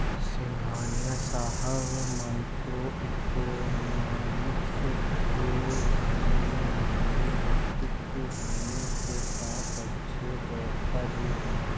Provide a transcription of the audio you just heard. सिंघानिया साहब micro economics के जानेमाने व्यक्तित्व होने के साथ अच्छे प्रवक्ता भी है